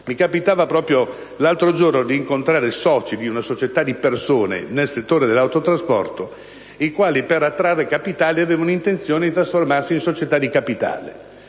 Mi capitava proprio l'altro giorno di incontrare soci di una società di persone del settore dell'autotrasporto i quali, per attrarre capitali, avevano intenzione di trasformarsi in società di capitali.